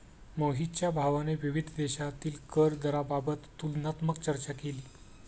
मोहितच्या भावाने विविध देशांतील कर दराबाबत तुलनात्मक चर्चा केली